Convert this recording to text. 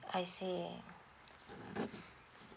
I see